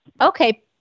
Okay